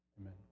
amen